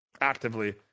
actively